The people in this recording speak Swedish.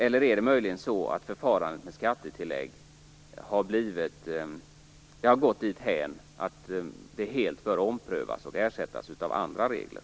Eller är det möjligen så att förfarandet med skattetillägg har gått dithän att det helt bör omprövas och ersättas av andra regler?